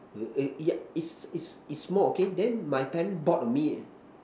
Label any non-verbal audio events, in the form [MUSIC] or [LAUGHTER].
[NOISE] ya it's it's it's small okay then my parents bought me a